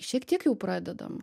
šiek tiek jau pradedam